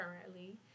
currently